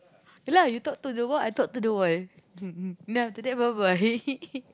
ya lah you talk to the wall I talk to the wall then after that bye bye